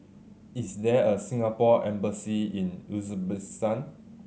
is there a Singapore Embassy in Uzbekistan